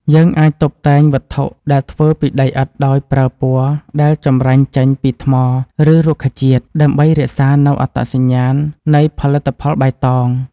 យើងអាចតុបតែងវត្ថុដែលធ្វើពីដីឥដ្ឋដោយប្រើពណ៌ដែលចម្រាញ់ចេញពីថ្ម ឬ រុក្ខជាតិ ដើម្បីរក្សានូវអត្តសញ្ញាណនៃផលិតផលបៃតង។